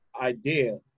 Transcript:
idea